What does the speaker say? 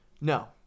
No